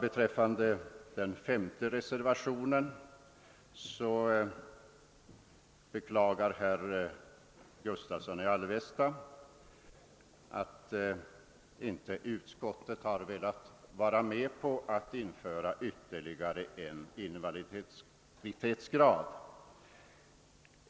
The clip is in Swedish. Beträffande den femte reservationen beklagar herr Gustavsson i Alvesta att utskottet inte har velat vara med på att införa ytterligare en invaliditetsgrad.